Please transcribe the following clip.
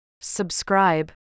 Subscribe